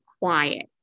quiet